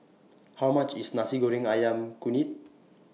How much IS Nasi Goreng Ayam Kunyit